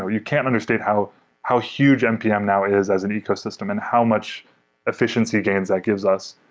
ah you can't understate how how huge npm now is as an ecosystem and how much efficiency gains that gives us.